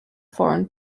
foreign